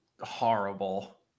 horrible